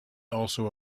also